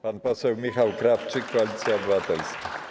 Pan poseł Michał Krawczyk, Koalicja Obywatelska.